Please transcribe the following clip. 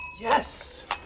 Yes